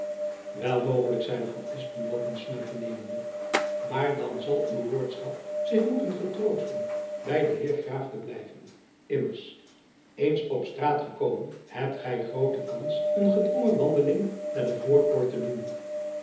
wel mogelijk zeide van espenblad een snuifjen nemende maar dan zal uw lordschap zich moeten getroosten by den heer graaf te blijven immers eens op straat gekomen hebt gy groote kans een gedwongen wandeling naar de voorpoort te doen